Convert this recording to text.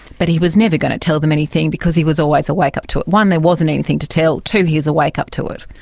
but he was never going to tell them anything because he was always awake up to it. one, there wasn't anything to tell. two, he was awake up to it.